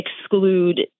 exclude